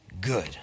good